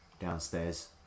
downstairs